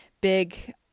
big